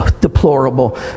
deplorable